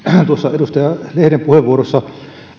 edustaja lehden puheenvuorossa